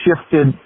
shifted